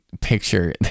picture